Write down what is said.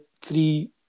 three